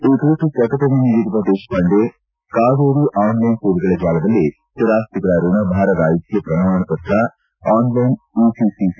ಈ ಕುರಿತು ಪ್ರಕಟಣೆ ನೀಡಿರುವ ದೇಶಪಾಂಡೆ ಕಾವೇರಿ ಆನ್ಲೈನ್ ಸೇವೆಗಳ ಜಾಲದಲ್ಲಿ ಸ್ಟಿರಾಸ್ತಿಗಳ ಋಣಭಾರರಾಹಿತ್ಯ ಪ್ರಮಾಣಪತ್ರ ಆನ್ಲೈನ್ ಇಸಿಸಿ